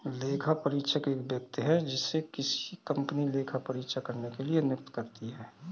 लेखापरीक्षक एक व्यक्ति है जिसे किसी कंपनी लेखा परीक्षा करने के लिए नियुक्त करती है